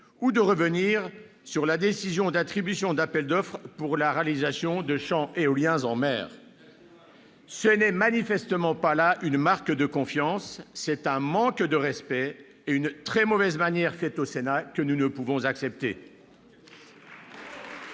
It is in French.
-ou de revenir sur la décision d'attribution d'appels d'offres pour la réalisation de champs éoliens en mer ? Exactement ! Ce n'est manifestement pas là une marque de confiance. C'est un manque de respect et une très mauvaise manière faite au Sénat, que nous ne pouvons accepter.